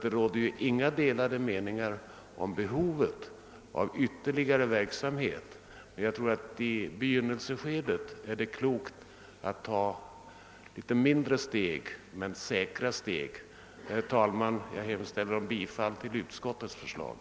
Det råder nämligen inga delade meningar om behovet av en utökad verksamhet. Men i begynnelseskedet anser jag det vara klokt att ta litet mindre men säkrare steg. Herr talman! Jag yrkar bifall till utskottets hemställan.